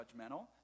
judgmental